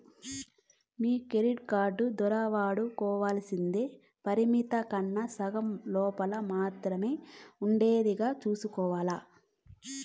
మీ credit card దోరా వాడుకోవల్సింది పరిమితి కన్నా సగం లోపల మాత్రమే ఉండేదిగా సూసుకోవాల్ల